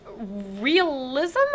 Realism